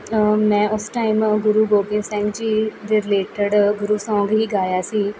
ਮੈਂ ਉਸ ਟਾਈਮ ਗੁਰੂ ਗੋਬਿੰਦ ਸਿੰਘ ਜੀ ਦੇ ਰਿਲੇਟਡ ਗੁਰੂ ਸੌਂਗ ਹੀ ਗਾਇਆ ਸੀ